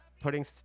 putting